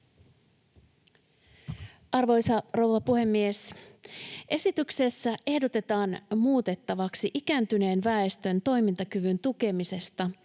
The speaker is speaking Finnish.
Arvoisa rouva puhemies! Esityksessä ehdotetaan muutettavaksi ikääntyneen väestön toimintakyvyn tukemisesta